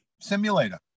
simulator